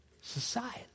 society